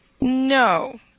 No